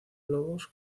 lobos